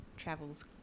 travels